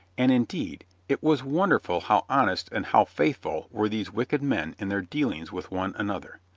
and, indeed, it was wonderful how honest and how faithful were these wicked men in their dealings with one another.